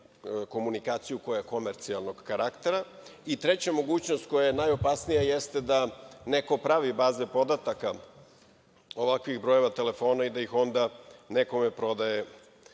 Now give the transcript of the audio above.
komunikaciju, koja je komercijalnog karaktera.I treća mogućnost, koja je najopasnija, jeste da neko pravi bazne podataka ovakvih brojeva telefona i da ih onda nekome prodaje,